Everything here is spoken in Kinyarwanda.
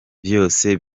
vyose